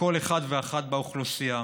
לכל אחד ואחת באוכלוסייה.